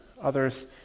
others